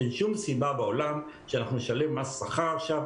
אין שום סיבה בעולם שאנחנו נשלם מס שכר עכשיו,